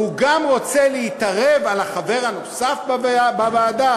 והוא גם רוצה להתערב על החבר הנוסף בוועדה,